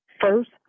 first